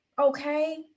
Okay